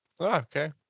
Okay